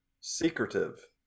secretive